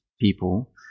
people